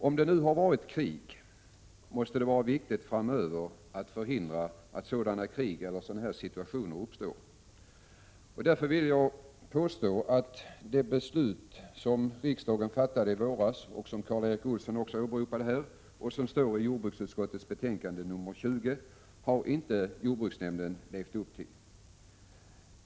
Om det nu har varit ett krig, måste det vara viktigt att framöver förhindra att sådana risksituationer uppstår. Därför vill jag påstå att det beslut som riksdagen fattade i våras och som Karl Erik Olsson åberopade, som står i jordbruksutskottets betänkande 20, är något som jordbruksnämnden måste leva upp till.